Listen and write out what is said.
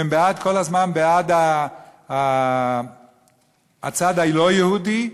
והם כל הזמן בעד הצד הלא-יהודי,